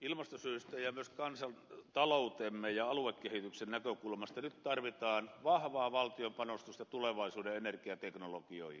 ilmastosyistä ja myös kansantaloutemme ja aluekehityksen näkökulmasta nyt tarvitaan vahvaa valtion panostusta tulevaisuuden energiateknologioihin